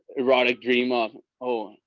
erotic dream of oh,